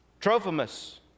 Trophimus